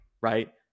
right